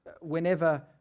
whenever